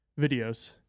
videos